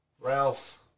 Ralph